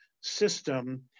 system